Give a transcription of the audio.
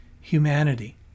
humanity